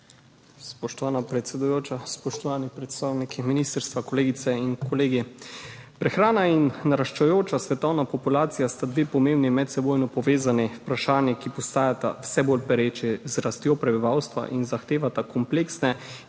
Spoštovana predsedujoča, spoštovani predstavniki ministrstva, kolegice in kolegi! Prehrana in naraščajoča svetovna populacija sta dve pomembni medsebojno povezani vprašanji, ki postajata vse bolj pereči z rastjo prebivalstva in zahtevata kompleksne